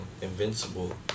invincible